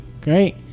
Great